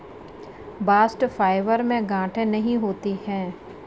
bast fibre में गांठे नहीं होती है